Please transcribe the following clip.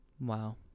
Wow